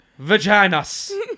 vaginas